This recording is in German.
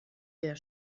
der